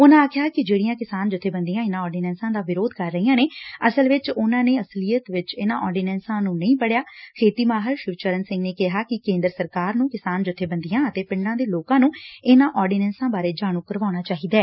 ਉਨਾਂ ਆਖਿਆ ਕਿ ਜਿਹੜੀਆਂ ਕਿਸਾਨ ਜੱਬੇਬੰਦੀਆਂ ਇਨਾਂ ਆਰਡੀਨੈਂਸਾਂ ਦਾ ਵਿਰੋਧ ਕਰ ਰਹੀਆਂ ਨੇ ਅਸਲ ਚ ਉਨਾਂ ਨੇ ਅਸਲੀਅਤ ਵਿਚ ਇਨਾਂ ਆਰਡੀਨੈਂਸਾਂ ਨੂੰ ਨਹੀਂ ਪੜਿਆ ਖੇਤੀ ਮਾਹਿਰ ਸ਼ਿਵਚਰਨ ਸਿੰਘ ਨੇ ਕਿਹਾ ਕਿ ਕੇਂਦਰ ਸਰਕਾਰ ਨੂੰ ਕਿੱਸਾਨ ਜੱਬੇਬੰਦੀਆਂ ਅਤੇ ਪਿੰਡਾਂ ਦੇ ਲੋਕਾਂ ਨੁੰ ਇਨੂਾਂ ਆਰਡੀਨੈਂਸਾਂ ਬਾਰੇ ਜਾਣ ਕਰਵਾਉਣਾ ਚਾਹੀਦੈ